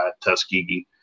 Tuskegee